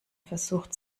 versucht